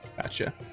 Gotcha